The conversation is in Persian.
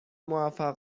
موفق